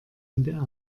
ndr